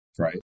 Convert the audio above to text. right